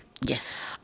Yes